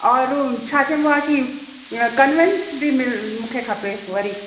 और छा चइबो आहे कि कंवेंस बि मि मूंखे खपे वरी